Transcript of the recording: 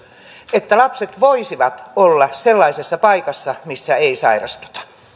että lapset voisivat olla sellaisessa paikassa missä ei sairastuta